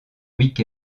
week